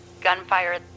gunfire